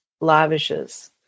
lavishes